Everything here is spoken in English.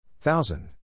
Thousand